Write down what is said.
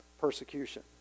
persecution